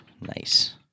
Nice